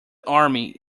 army